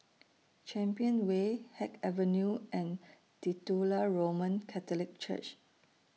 Champion Way Haig Avenue and Titular Roman Catholic Church